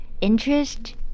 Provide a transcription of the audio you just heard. Interest